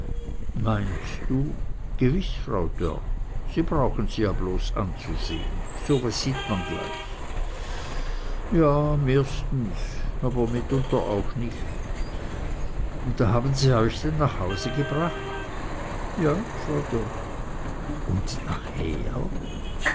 meinst du gewiß frau dörr sie brauchen sie ja bloß anzusehn so was sieht man gleich ja mehrstens aber mitunter auch nich und da haben sie euch denn nach hause gebracht ja frau dörr und nachher